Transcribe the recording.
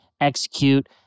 execute